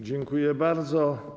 Dziękuję bardzo.